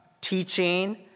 teaching